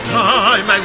time